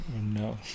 No